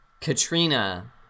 Katrina